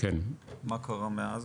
מה קרה מאז?